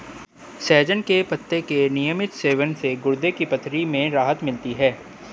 सहजन के पत्ते के नियमित सेवन से गुर्दे की पथरी में राहत मिलती है